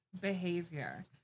behavior